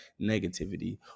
negativity